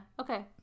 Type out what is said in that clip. okay